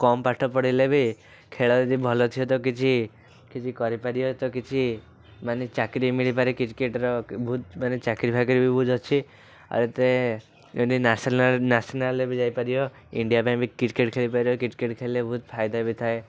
କମ୍ ପାଠ ପଢ଼ିଲେ ବି ଖେଳ ଯଦି ଭଲ ଥିବ ତ କିଛି କିଛି କରିପାରିବ ତ କିଛି ମାନେ ଚାକିରୀ ମିଳିପାରେ କିକ୍ରେଟ୍ର ବହୁତ ମାନେ ଚାକିରୀ ଫାକିରୀ ବହୁତ ଅଛି ଆଉ ଏତେ ଯଦି ନ୍ୟାସନାଲ୍ ନ୍ୟାସନାଲ୍ରେ ବି ଯାଇପାରିବ ଇଣ୍ଡିଆ ପାଇଁ ବି କିକ୍ରେଟ୍ ଖେଳି ପାରିବ କିକ୍ରେଟ୍ ଖେଲିଲେ ବହୁତ ଫାଇଦା ବି ଥାଏ